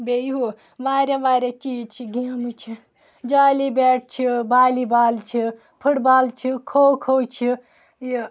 بیٚیہِ ہُہ واریاہ واریاہ چیٖز چھِ گیمہٕ چھِ جالی بیٹ چھِ بالی بال چھِ پھٕٹ بال چھِ کھو کھو چھِ یہِ